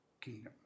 Kingdom